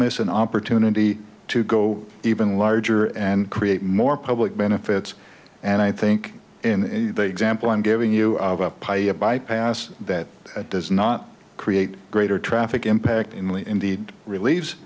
miss an opportunity to go even larger and create more public benefits and i think in the example i'm giving you a bypass that does not create greater traffic impact inly indeed relieves